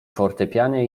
fortepianie